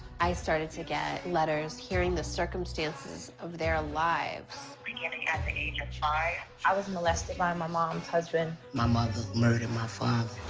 i started to get letters hearing the circumstances of their lives. beginning at the age of five. i was molested by my mom's husband. my mother murdered my father.